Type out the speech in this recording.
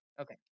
Okay